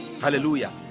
hallelujah